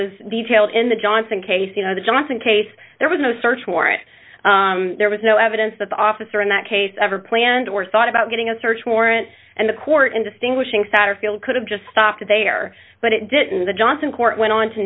was detailed in the johnson case you know the johnson case there was no search warrant there was no evidence that the officer in that case ever planned or thought about getting a search warrant and the court in distinguishing satterfield could have just stopped there but it didn't the johnson court went on to